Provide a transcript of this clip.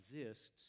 exists